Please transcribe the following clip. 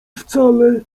wcale